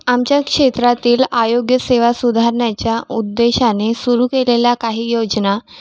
आमच्या क्षेत्रातील आरोग्य सेवा सुधारण्याच्या उद्देशाने सुरु केलेल्या काही योजना